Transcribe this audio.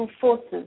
forces